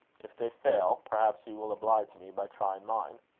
if they fail, perhaps you will oblige me by trying mine.